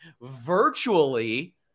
Virtually